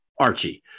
Archie